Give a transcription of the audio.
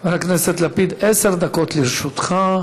חבר הכנסת לפיד, עשר דקות לרשותך.